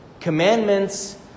commandments